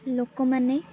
ଲୋକମାନେ